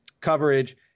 coverage